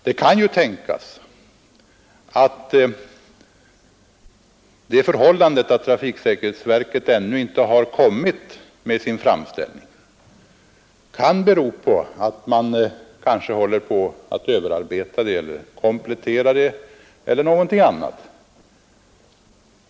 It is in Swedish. Det kan ju tänkas att det förhållandet att trafiksäkerhetsverket ännu inte har gjort den beror på att man överarbetar den, kompletterar den eller någonting annat.